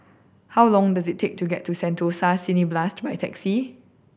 how long does it take to get to Sentosa Cineblast by taxi